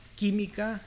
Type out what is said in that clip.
química